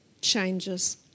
changes